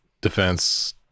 defense